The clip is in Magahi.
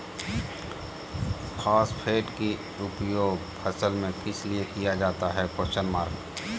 फॉस्फेट की उपयोग फसल में किस लिए किया जाता है?